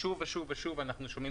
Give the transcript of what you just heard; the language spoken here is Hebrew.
שוב ושוב אנחנו שומעים